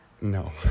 no